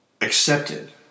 accepted